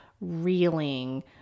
reeling